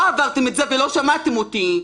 לא עברתן את זה ולא שמעתן אותי.